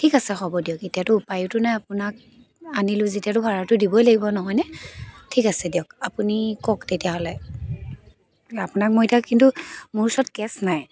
ঠিক আছে হ'ব দিয়ক এতিয়াতো উপায়োতো নাই আপোনাক আনিলোঁ যেতিয়া ভাৰাটো দিবই লাগিব নহয়নে ঠিক আছে দিয়ক আপুনি কওক তেতিয়াহ'লে আপোনাক কিন্তু এতিয়া মই মোৰ ওচৰত কেছ নাই